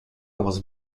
was